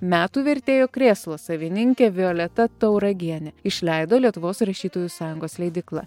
metų vertėjo krėslo savininkė violeta tauragienė išleido lietuvos rašytojų sąjungos leidykla